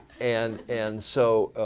and and so